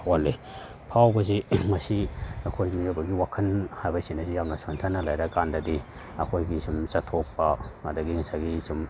ꯑꯣꯜꯂꯤ ꯐꯥꯎꯕꯁꯤ ꯃꯁꯤ ꯑꯩꯈꯣꯏ ꯃꯤꯑꯣꯏꯕꯒꯤ ꯋꯥꯈꯟ ꯍꯥꯏꯕꯁꯤꯅꯁꯨ ꯌꯥꯝꯅ ꯁꯣꯟꯊꯅ ꯂꯩꯔ ꯀꯥꯟꯗꯗꯤ ꯑꯩꯈꯣꯏꯒꯤ ꯁꯨꯝ ꯆꯠꯊꯣꯛꯄ ꯑꯗꯒꯤ ꯉꯁꯥꯏꯒꯤ ꯁꯨꯝ